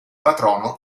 patrono